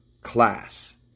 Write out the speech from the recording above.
class